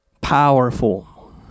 powerful